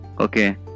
Okay